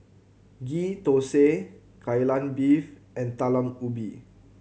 Ghee Thosai Kai Lan Beef and Talam Ubi